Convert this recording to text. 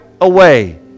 away